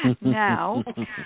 now